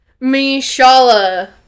Mishala